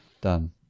Done